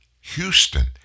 Houston